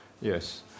Yes